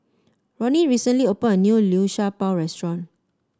Roni recently opened a new Liu Sha Bao restaurant